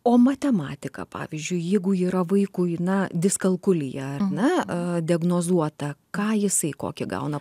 o matematika pavyzdžiui jeigu yra vaikų į na diskalkulija ar ne a diagnozuota ką jisai kokį gauna